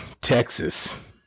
Texas